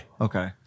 Okay